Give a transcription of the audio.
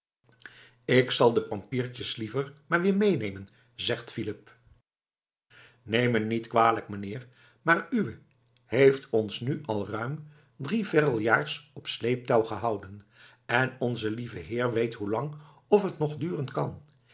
ik zal de pampiertjes liever maar weer meenemen zegt philip neem me niet kwalijk meneer maar uwè heeft ons nu al ruim drie verrel jaars op sleeptouw gehouden en onze lieve heer weet hoe lang of t nog duren kan